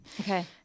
Okay